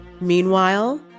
Meanwhile